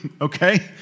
okay